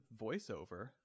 voiceover